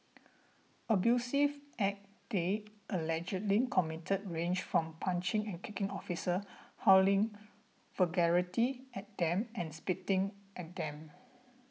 abusive acts they allegedly committed range from punching and kicking officers hurling vulgarities at them and spitting at them